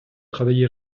travaillé